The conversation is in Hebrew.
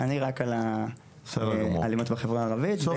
אני רק על האלימות בחברה הערבית.